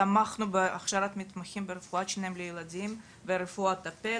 תמכנו בהכשרת מתמחים ברפואת שיניים לילדים ורפואת הפה,